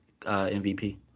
MVP